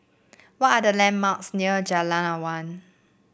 what are the landmarks near Jalan Awan